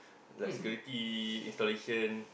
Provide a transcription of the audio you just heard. like security installation